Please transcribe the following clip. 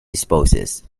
disposes